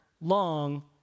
long